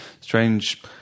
strange